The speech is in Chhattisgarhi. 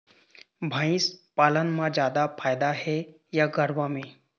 भंइस पालन म जादा फायदा हे या गरवा में?